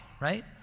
right